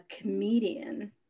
comedian